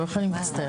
הישיבה ננעלה